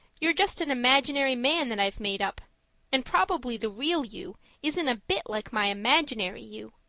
you're just an imaginary man that i've made up and probably the real you isn't a bit like my imaginary you.